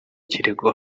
kirego